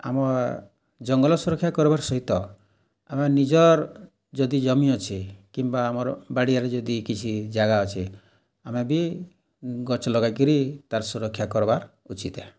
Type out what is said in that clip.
ଆମର୍ ଜଙ୍ଗଲ ସୁରକ୍ଷା କରବାର୍ ସହିତ ଆମେ ନିଜର୍ ଯଦି ଜମି ଅଛି କିମ୍ବା ଆମର୍ ବାଡ଼ିଆରେ ଯଦି କିଛି ଜାଗା ଅଛି ଆମେ ବି ଗଛ ଲଗାଇକରି ତାର୍ ସୁରକ୍ଷା କରବାର୍ ଉଚିତ୍ ହେ